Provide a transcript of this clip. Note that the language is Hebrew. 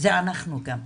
זה אנחנו גם.